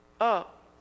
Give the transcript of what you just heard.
up